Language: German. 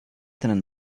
deinen